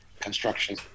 construction